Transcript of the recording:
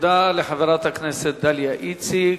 תודה לחברת הכנסת דליה איציק.